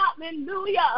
Hallelujah